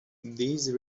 these